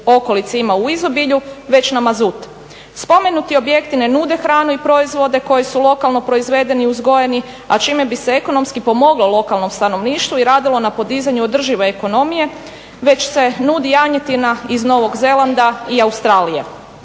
okolici ima u izobilju već na mazut. Spomenuti objekti ne nude hranu i proizvode koji su lokalno proizvedeni i uzgojeni a čime bi se ekonomski pomoglo lokalnom stanovništvu i radilo na podizanju održive ekonomije već se nudi janjetina iz Novog Zelanda i Australije.